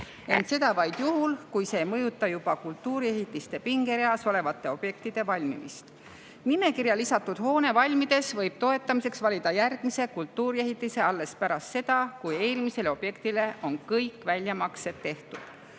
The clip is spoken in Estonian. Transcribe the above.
Ent seda vaid juhul, kui see ei mõjuta juba kultuuriehitiste pingereas olevate objektide valmimist. Nimekirja lisatud hoone valmides võib toetamiseks valida järgmise kultuuriehitise alles pärast seda, kui eelmisele objektile on kõik väljamaksed tehtud.